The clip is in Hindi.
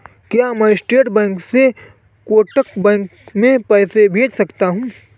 क्या मैं स्टेट बैंक से कोटक बैंक में पैसे भेज सकता हूँ?